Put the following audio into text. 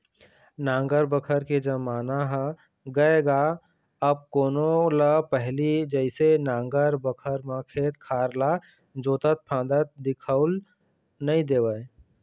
नांगर बखर के जमाना ह गय गा अब कोनो ल पहिली जइसे नांगर बखर म खेत खार ल जोतत फांदत दिखउल नइ देवय